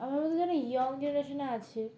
আমার মধ্যে যেন ইয়ং জেনারেশানে আছে